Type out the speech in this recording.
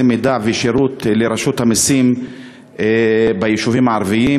מידע ושירות של רשות המסים ביישובים הערביים.